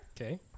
okay